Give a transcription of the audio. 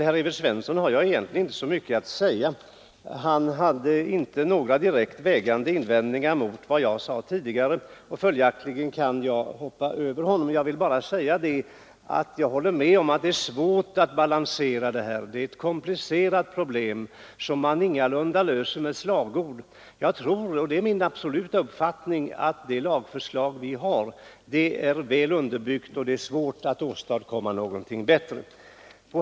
Herr talman! Jag har egentligen inte så mycket att säga till herr Svensson i Kungälv. Han hade inte några direkt vägande invändningar mot vad jag anförde tidigare, och följaktligen kan jag hoppa över det han sade. Jag vill bara framhålla att jag håller med om att det är svårt att balansera det här problemet, som är komplicerat och som man ingalunda löser med slagord. Jag tror, och det är min absoluta uppfattning, att det lagförslag som nu föreligger är väl underbyggt och att det är svårt att åstadkomma någonting bättre.